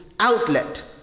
outlet